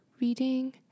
reading